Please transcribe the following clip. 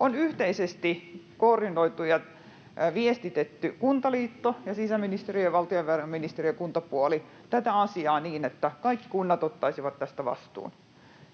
On yhteisesti koordinoitu ja viestitetty — Kuntaliitto ja sisäministeriö, valtiovarainministeriön kuntapuoli — tätä asiaa niin, että kaikki kunnat ottaisivat tästä vastuun.